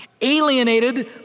alienated